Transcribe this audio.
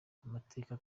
n’amateka